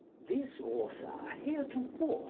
this author, heretofore,